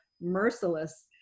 merciless